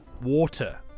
water